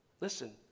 Listen